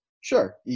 sure